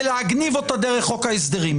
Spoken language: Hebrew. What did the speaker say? ולהגניב אותה דרך חוק ההסדרים.